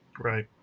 Right